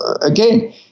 again